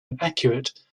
inaccurate